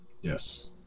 Yes